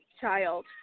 child